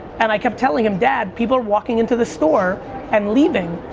and i kept telling him, dad, people are walking into this store and leaving,